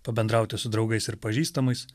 pabendrauti su draugais ir pažįstamais